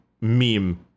meme